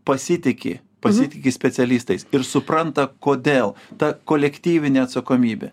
pasitiki pasitiki specialistais ir supranta kodėl ta kolektyvinė atsakomybė